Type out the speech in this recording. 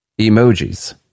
emojis